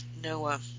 Noah